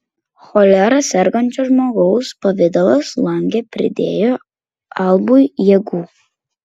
cholera sergančio žmogaus pavidalas lange pridėjo albui jėgų